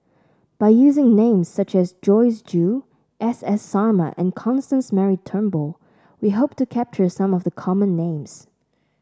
by using names such as Joyce Jue S S Sarma and Constance Mary Turnbull we hope to capture some of the common names